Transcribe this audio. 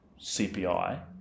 CPI